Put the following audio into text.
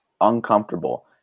uncomfortable